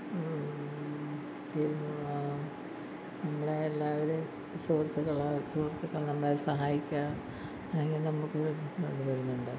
നമ്മളെ എല്ലാവരെയും സുഹൃത്തുക്കൾ സുഹൃത്തുക്കൾ നന്നായി സഹായിക്കാൻ നായി നമുക്ക് വരു വരുന്നുണ്ട്